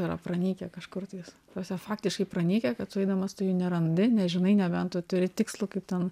yra pranykę kažkur tais tose faktiškai pranykę kad tu eidamas tu jų nerandi nežinai nebent tu turi tikslų kaip ten